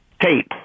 tape